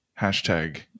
hashtag